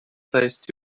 place